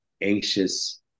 anxious